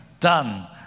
Done